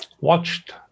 watched